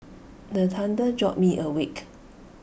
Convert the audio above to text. the thunder jolt me awake